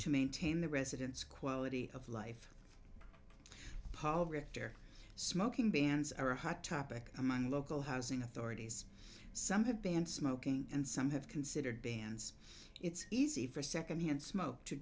to maintain the residence quality of life paul richter smoking bans are a hot topic among local housing authorities some have banned smoking and some have considered bans it's easy for secondhand smoke to